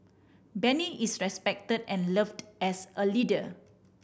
Benny is respected and loved as a leader